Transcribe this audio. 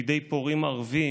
בידי פורעים ערבים,